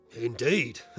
Indeed